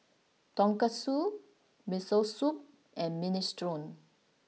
Tonkatsu Miso Soup and Minestrone